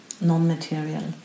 non-material